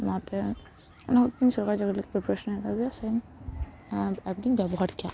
ᱚᱱᱟᱛᱮ ᱚᱱᱟᱠᱚᱜᱮ ᱥᱚᱨᱠᱟᱨᱤ ᱪᱟᱹᱠᱨᱤ ᱞᱟᱹᱜᱤᱫ ᱯᱤᱯᱟᱨᱮᱥᱚᱱ ᱤᱧ ᱦᱟᱛᱟᱣ ᱜᱮᱭᱟ ᱥᱮ ᱚᱱᱟ ᱮᱯ ᱫᱚᱹᱧ ᱵᱮᱵᱚᱦᱟᱨ ᱜᱮᱭᱟ